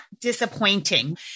disappointing